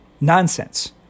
nonsense